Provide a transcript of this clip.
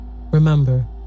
Remember